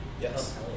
Yes